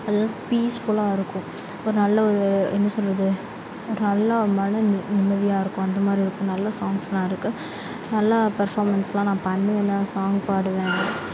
அது வந்து பீஸ்ஃபுல்லாக இருக்கும் ஒரு நல்ல ஒரு என்ன சொல்கிறது ஒரு நல்ல மன நிம்மதியாக இருக்கும் அந்த மாதிரி இருக்கும் நல்ல சாங்ஸ்லாம் இருக்கு நல்லா பர்ஃபார்ம்மென்ஸ்லாம் நான் பண்ணுவேன் தான் சாங் பாடுவேன்